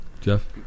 Jeff